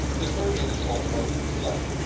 there's very little talk about fruit fly.